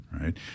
right